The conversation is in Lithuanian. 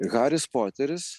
haris poteris